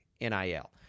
NIL